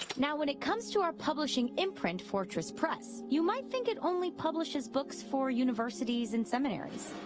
now when it comes to our publishing imprint fortress press, you might think it only publishes books for universities and seminaries.